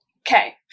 Okay